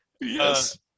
Yes